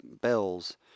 bells